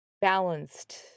balanced